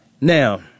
Now